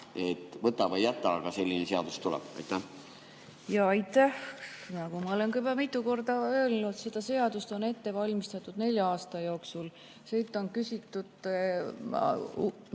võta või jäta, aga selline seadus tuleb? Aitäh! Nagu ma olen juba mitu korda öelnud, seda seadust on ette valmistatud nelja aasta jooksul. [Arvamusi] on küsitud.